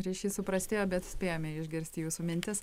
ryšys suprastėjo bet spėjome išgirsti jūsų mintis